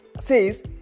says